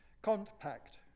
Compact